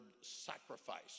sacrifice